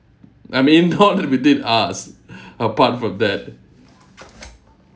I mean not within us apart from that